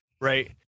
right